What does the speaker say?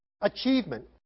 achievement